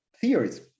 theories